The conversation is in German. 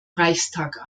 reichstag